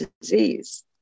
disease